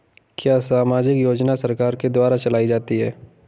क्या सामाजिक योजना सरकार के द्वारा चलाई जाती है?